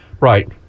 Right